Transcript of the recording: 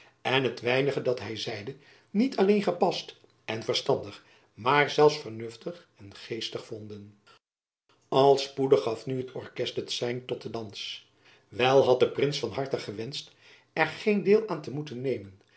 en het weinige dat hy zeide niet alleen gepast en verstandig maar zelfs vernuftig en geestig vonden al spoedig gaf nu het orkest het sein tot den dans wel had de prins van harte gewenscht er geen deel aan te moeten nemen